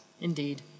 Indeed